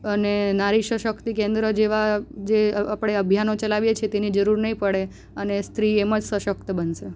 અને નારી સશક્તિ કેન્દ્ર જેવા જે આપણે અભિયાનો ચલાવીએ છીએ તેની જરૂર નહીં પડે અને સ્ત્રી એમ જ સશક્ત બનશે